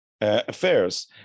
affairs